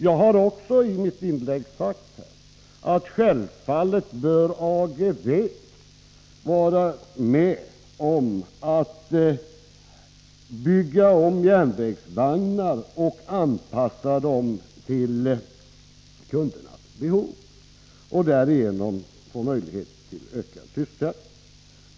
Jag sade också i mitt tidigare inlägg att Ageve självfallet bör vara med om att bygga om järnvägsvagnar och anpassa dem till kundernas behov och därigenom få möjlighet till ökad sysselsättning.